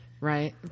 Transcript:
right